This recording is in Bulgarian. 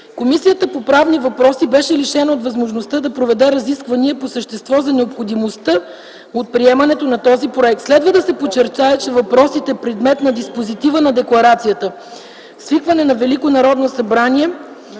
Комисията по правни въпроси беше лишена от възможността да проведе разисквания по същество за необходимостта от приемането на този проект. Следва да се подчертае, че въпросите, предмет на диспозитива на декларацията